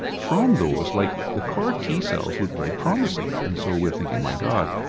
from those, like the car t-cells look very promising, and so we're thinking, my god,